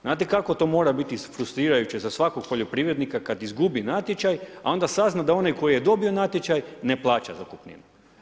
Znate kako to mora biti frustrirajuće za svakog poljoprivrednika kad izgubi natječaj, a onda sazna da onaj koji je dobio natječaj ne plaća zakupninu.